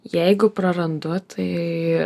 jeigu prarandu tai